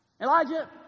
elijah